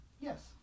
Yes